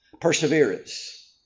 Perseverance